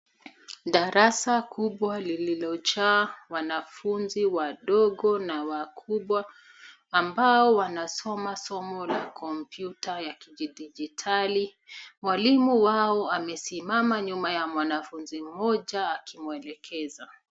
Darasa kubwa lililojaa wanafunzi wadogo na wakubwa ambao wanasoma somo la kompyuta ya kidijitali. Mwalimu wao amesimama nyuma ya mwanafunzi mmoja akimwelekeza.